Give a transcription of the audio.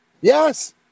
yes